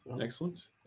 Excellent